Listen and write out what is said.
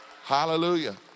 hallelujah